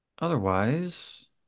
Otherwise